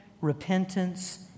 repentance